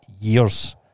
years